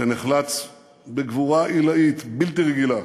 שנחלץ בגבורה עילאית בלתי רגילה